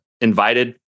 invited